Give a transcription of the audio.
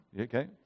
Okay